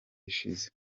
ishize